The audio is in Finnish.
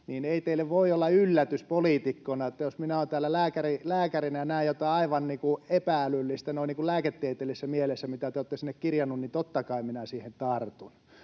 Ei teille voi olla yllätys poliitikkona, että jos minä täällä lääkärinä näen jotain aivan epä-älyllistä noin lääketieteellisessä mielessä, mitä te olette sinne kirjanneet, niin totta kai minä siihen tartun.